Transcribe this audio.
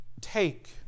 Take